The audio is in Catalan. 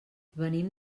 venim